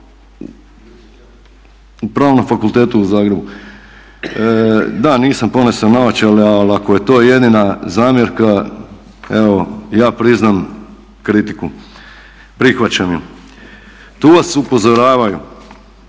na Pravnom fakultetu u Zagrebu. Da nisam ponesao naočale, ali ako je to jedina zamjerka evo ja priznam kritiku, prihvaćam ju. Tu vas upozoravaju